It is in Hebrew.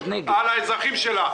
אחריות על האזרחים שלה,